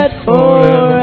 forever